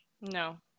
no